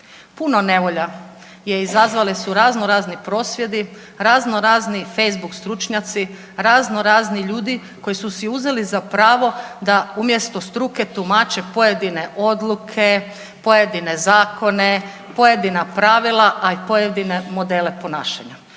Puno nevolja je izazvali su raznorazni prosvjedi, raznorazni facebook stručnjaci, raznorazni ljudi koji su si uzeli za pravo da umjesto struke tumače pojedine odluke, pojedine zakone, pojedina pravila, a i pojedine modele ponašanja.